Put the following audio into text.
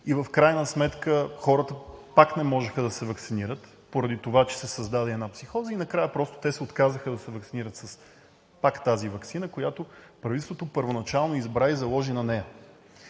и в крайна сметка хората пак не можеха да се ваксинират поради това, че се създаде една психоза и накрая просто се отказаха да се ваксинират пак с тази ваксина, която правителството първоначално избра и заложи на нея.